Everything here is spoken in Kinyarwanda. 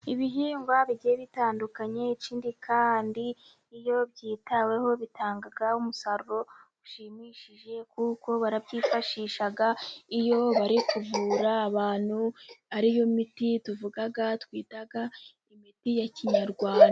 Ibihingwa bigiye bitandukanye. Ikindi kandi iyo byitaweho bitanga umusaruro ushimishije, kuko barabyifashisha, iyo bari kuvura abantu ari yo miti tuvuga, twita imiti ya kinyarwanda.